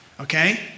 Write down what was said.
Okay